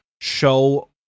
show